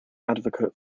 advocate